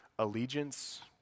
allegiance